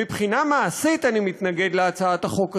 מבחינה מעשית אני מתנגד להצעת החוק הזאת,